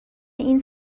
این